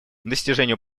достижению